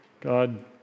God